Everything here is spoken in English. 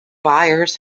byers